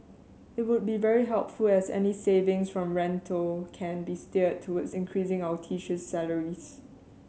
it would be very helpful as any savings from rental can be steered towards increasing our teacher's salaries